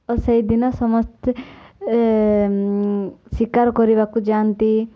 ଓ ସେଇଦିନ ସମସ୍ତେ ଶିକାର କରିବାକୁ ଯାଆନ୍ତି